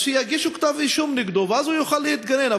אז שיגישו כתב-אישום נגדו ואז הוא יוכל להתגונן.